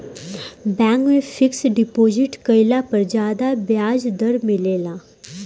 bank में fixed deposit कईला पर ज्यादा ब्याज दर मिलेला